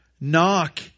Knock